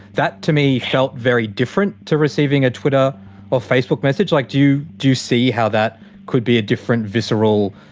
that to me felt very different to receiving a twitter or facebook message like do you. do you see how that could be a different visceral,